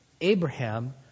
Abraham